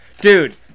Dude